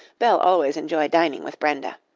belle always enjoyed dining with brenda.